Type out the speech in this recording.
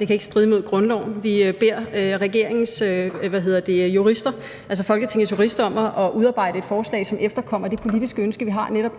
det ikke stride mod grundloven. Vi beder jurister, altså Folketingets jurister, om at udarbejde et forslag, som efterkommer det politiske ønske, vi har, om, at netop